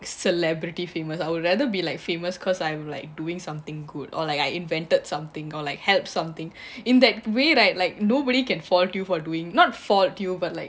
celebrity famous I would rather be like famous cause I'm like doing something good or like I invented something or like help something in that way right like nobody can fault you for doing fault you but like